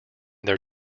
their